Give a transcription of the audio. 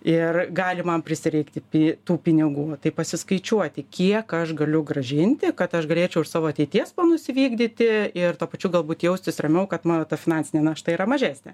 ir gali man prisireikti pi tų pinigų tai pasiskaičiuoti kiek aš galiu grąžinti kad aš galėčiau ir savo ateities planus įvykdyti ir tuo pačiu galbūt jaustis ramiau kad mano ta finansinė našta yra mažesnė